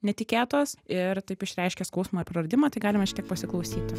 netikėtos ir taip išreiškė skausmą ir praradimą tai galima šiek tiek pasiklausyti